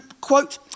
quote